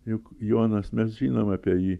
juk jonas mes žinom apie jį